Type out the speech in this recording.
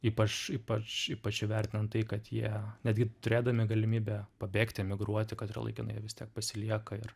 ypač ypač ypač įvertinant tai kad jie netgi turėdami galimybę pabėgti emigruoti kad ir laikinai jie vis tiek pasilieka ir